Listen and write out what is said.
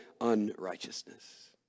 unrighteousness